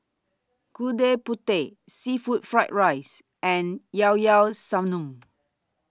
Gudeg Putih Seafood Fried Rice and Llao Llao Sanum